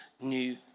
new